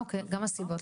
אוקיי הסיבות.